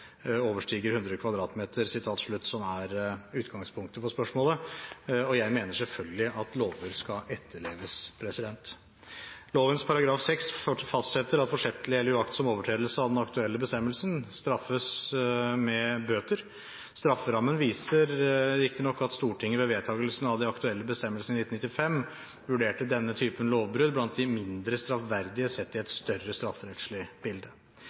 overstiger 100 kvm» som er utgangspunktet for spørsmålet. Jeg mener selvfølgelig at lover skal etterleves. Lovens § 6 fastsetter at forsettlig eller uaktsom overtredelse av den aktuelle bestemmelsen straffes med bøter. Strafferammen viser riktignok at Stortinget ved vedtakelsen av de aktuelle bestemmelsene i 1995 vurderte denne typen lovbrudd blant de mindre straffverdige, sett i et større strafferettslig bilde.